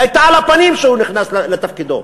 היא הייתה על-הפנים כשהוא נכנס לתפקידו.